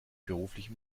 beruflich